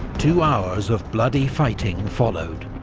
two hours of bloody fighting followed.